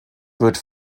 wird